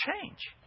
change